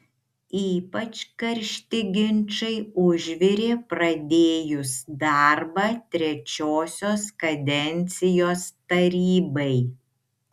ypač karšti ginčai užvirė pradėjus darbą trečiosios kadencijos tarybai